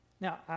Now